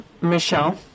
Michelle